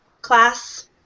class